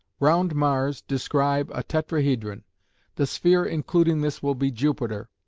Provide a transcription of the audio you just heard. round mars describe a tetrahedron the sphere including this will be jupiter.